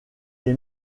est